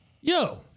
yo